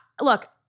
look